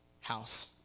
house